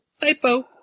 Typo